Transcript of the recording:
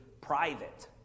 private